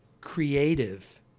creative